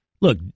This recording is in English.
Look